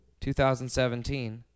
2017